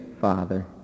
Father